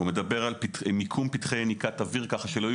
על מיקום פתחי יניקת אוויר כך שלא יהיו